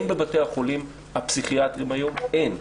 בבתי החולים הפסיכיאטריים היום אין,